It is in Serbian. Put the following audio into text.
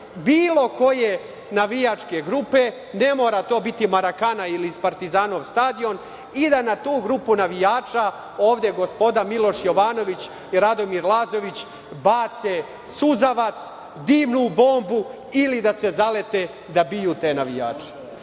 bilo koje navijačke grupe, ne mora to biti Marakana ili Partizanov stadion i da na tu grupu navijača ovde gospoda Miloš Jovanović i Radomir Lazović bace suzavac, dimnu bombu ili da se zalete da biju te navijače.